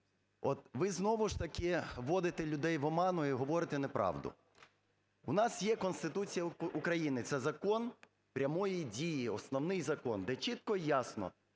от ви знову ж таки вводите людей в оману і говорите неправду. У нас є Конституція України – це закон прямої дії, Основний Закон – де чітко і ясно